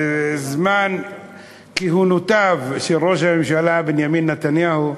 בזמן כהונותיו של ראש הממשלה בנימין נתניהו,